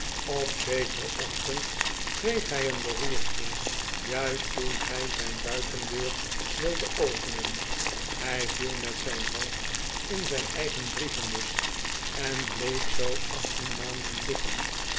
op zekeren ocntend kreeg hij een heroerte juist toen hij zijn buitendeur wilde openen hij viel met zijn hoofd in zijn eigen brievenbus en bleef zoo achttien maanden liggen